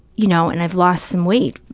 you know, and i've lost some weight,